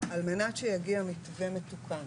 על מנת שיגיע מתווה מתוקן.